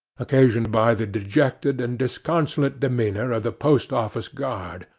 occasioned by the dejected and disconsolate demeanour of the post office guard.